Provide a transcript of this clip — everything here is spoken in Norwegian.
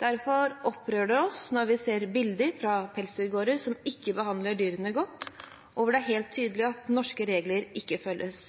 Derfor opprører det oss når vi ser bilder fra pelsdyrgårder som ikke behandler dyrene godt, og hvor det er helt tydelig at norske regler ikke følges.